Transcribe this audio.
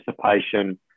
participation